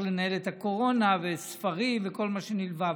לנהל את הקורונה וספרים וכל מה שנלווה.